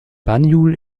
banjul